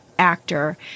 Actor